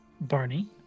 Barney